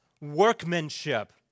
workmanship